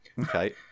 Okay